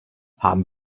haben